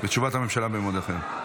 ותשובת הממשלה במועד אחר.